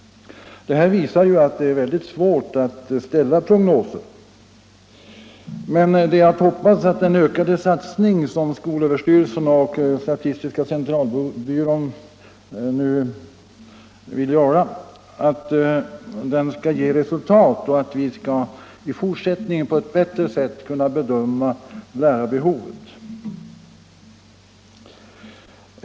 Detta visar att det är mycket svårt att ställa prognoser. Det är att emellertid att hoppas att den ökade satsning som skolöverstyrelsen och statistiska centralbyrån nu vill göra skall ge resultat och att vi i fortsättningen på ett bättre sätt skall kunna bedöma lärarbehovet.